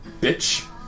Bitch